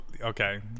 okay